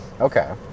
Okay